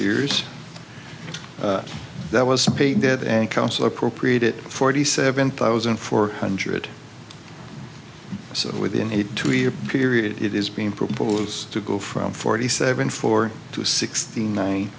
year's that was a paid dead and council appropriated forty seven thousand four hundred so within a two year period it is being proposed to go from forty seven four to sixty nine